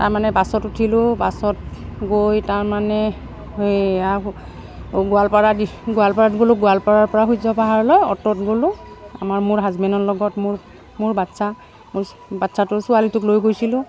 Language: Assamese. তাৰমানে বাছত উঠিলোঁ বাছত গৈ তাৰমানে সেয়া গোৱালপাৰাদি গোৱালপাৰাত গ'লোঁ গোৱালপাৰাৰ পৰা সূৰ্য পাহাৰলৈ অ'টোত গ'লোঁ আমাৰ মোৰ হাজবেণ্ডৰ লগত মোৰ মোৰ বাচ্ছা মোৰ বাচ্ছাটো ছোৱালীটোক লৈ গৈছিলোঁ